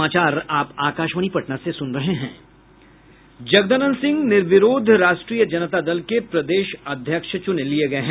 जगदानंद सिंह निर्विरोध राष्ट्रीय जनता दल के प्रदेश अध्यक्ष चुन लिये गये हैं